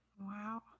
Wow